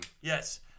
Yes